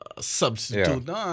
substitute